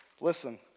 Listen